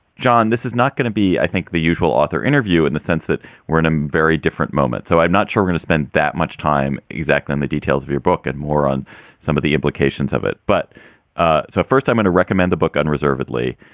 john, this is not going to be, i think, the usual author interview in the sense that we're in a very different moment. so i'm not sure going to spend that much time exactly on the details of your book and more on some of the implications of it. but ah so first, i'm going to recommend the book unreservedly.